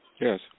Yes